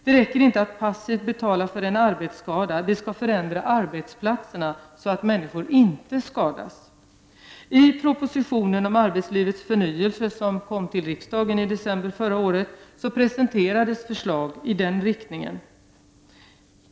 Det räcker inte att passivt betala för en arbetsskada — vi skall förändra arbetsplatserna så att människor inte skadas. I propositionen om arbetslivets förnyelse, som kom till riksdagen i december förra året, presenterades förslag i den riktningen.